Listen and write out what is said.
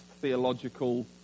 theological